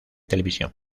televisión